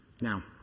Now